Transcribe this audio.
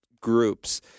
groups